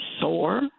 sore